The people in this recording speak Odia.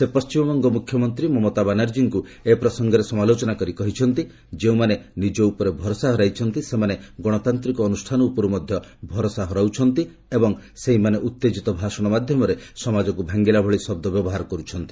ସେ ପଣ୍ଟିମବଙ୍ଗ ମୁଖ୍ୟମନ୍ତ୍ରୀ ମମତା ବାନାର୍ଜୀଙ୍କୁ ଏ ପ୍ରସଙ୍ଗରେ ସମାଲୋଚନା କରି କହିଛନ୍ତି ଯେଉଁମାନେ ନିଜ ଉପରେ ଭରସା ହରାଇଛନ୍ତି ସେମାନେ ଗଣତାନ୍ତିକ ଅନୁଷ୍ଠାନ ଉପରୁ ମଧ୍ୟ ଭରସା ହରାଉଛନ୍ତି ଏବଂ ସେହିମାନେ ଉତ୍ତେକିତ ଭାଷଣ ମାଧ୍ୟମରେ ସମାଜକୁ ଭାଙ୍ଗିଲା ଭଳି ଶବ୍ଦ ବ୍ୟବହାର କର୍ରଛନ୍ତି